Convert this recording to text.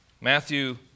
Matthew